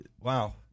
wow